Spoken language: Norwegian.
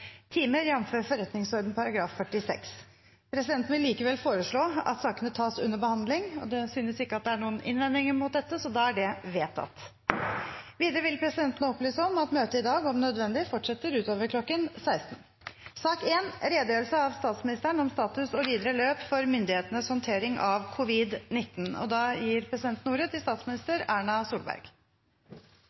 timer, jf. forretningsordenen § 46. Presidenten vil likevel foreslå at sakene tas under behandling. Ingen innvendinger er kommet mot dette. – Det anses vedtatt. Videre vil presidenten opplyse om at møtet i dag om nødvendig fortsetter utover kl. 16. La meg starte med å takke for anledningen til å komme til Stortinget for å redegjøre for status for og håndtering av